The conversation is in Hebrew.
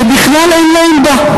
שבכלל אין לה עמדה.